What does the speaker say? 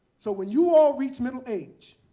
so when you all reach middle age,